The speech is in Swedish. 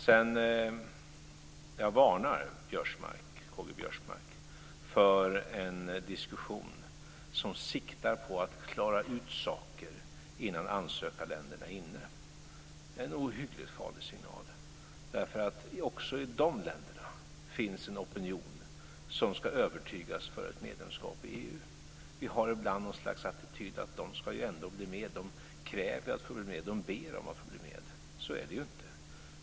Sedan varnar jag K-G Biörsmark för en diskussion som siktar på att man ska klara ut saker innan ansökarländerna är inne. Det är en ohyggligt farlig signal, därför att också i de länderna finns det en opinion som ska övertygas för ett medlemskap i EU. Vi har ibland något slags attityd som innebär att vi tycker att de ju ändå ska bli med, att de kräver att få bli med och ber om att få bli med. Så är det ju inte.